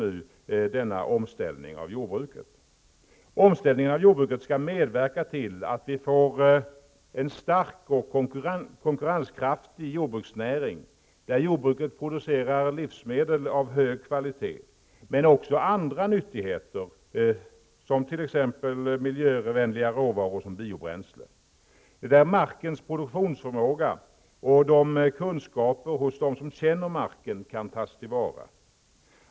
Omställningen av jordbruket skall medverka till att vi får en stark och konkurrenskraftig jordbruksnäring, där jordbruket producerar livsmedel av hög kvalitet men också andra nyttigheter, t.ex. miljövänliga råvaror som biobränsle, och där markens produktionsförmåga och kunskaperna hos dem som känner marken tas till vara.